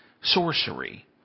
sorcery